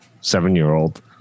seven-year-old